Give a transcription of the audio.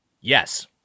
Yes